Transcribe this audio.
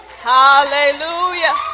Hallelujah